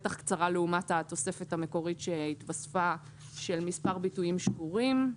בטח קצרה לעומת התוספת המקורית שהתווספה של מספר ביטויים שגורים.